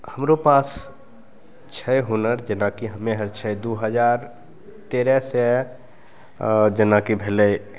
हमरो पास छै हुनर जेनाकि हमे आओर छै दुइ हजार तेरहसे जेनाकि भेलै